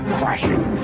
crashing